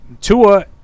Tua